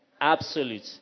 Absolute